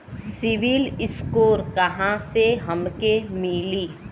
CIBIL score कहाँसे हमके मिली?